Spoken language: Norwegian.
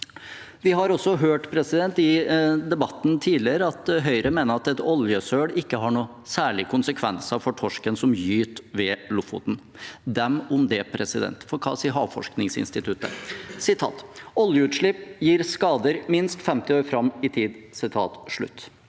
Vi har også hørt i debatten tidligere at Høyre mener at oljesøl ikke har noen særlige konsekvenser for torsken som gyter ved Lofoten. Dem om det, for hva sier Havforskningsinstituttet? Jo, de sier: «Oljeutslipp gir skader minst 50 år frem i tid.»